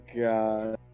God